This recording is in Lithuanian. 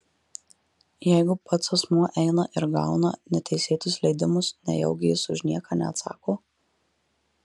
jeigu pats asmuo eina ir gauna neteisėtus leidimus nejaugi jis už nieką neatsako